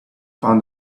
found